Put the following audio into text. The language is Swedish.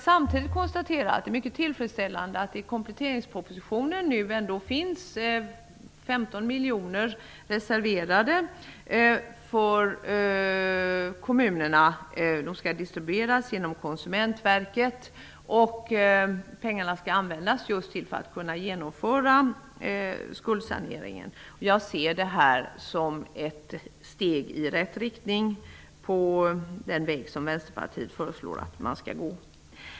Samtidigt konstaterar jag att det är mycket tillfredsställande att det i kompletteringspropositionen ändå finns 15 miljoner reserverade för kommunerna. Pengarna skall distribueras genom Konsumentverket, och de skall användas till genomförande av skuldsanering. Jag ser detta som ett steg i rätt riktning på den väg som Vänsterpartiet föreslår att man skall gå.